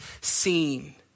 seen